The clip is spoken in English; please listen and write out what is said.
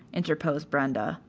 interposed brenda.